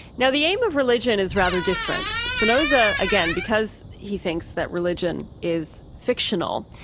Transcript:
now the aim of religion is rather different. spinoza again, because he thinks that religion is fictional,